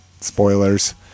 spoilers